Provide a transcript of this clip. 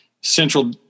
central